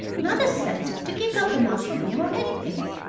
not a cent to keep up the mausoleum or anything,